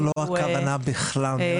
זו לא הכוונה בכלל.